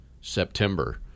September –